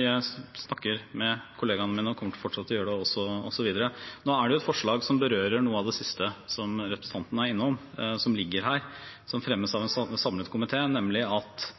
Jeg snakker med kollegaene mine og kommer til å fortsette å gjøre det også videre. Nå er det jo et forslag som berører noe av det siste som representanten Nævra er innom, som ligger her, som fremmes av en samlet komité, nemlig at